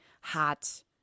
hot